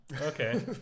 Okay